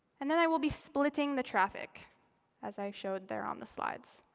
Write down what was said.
and then i will be splitting the traffic as i showed there on the slides.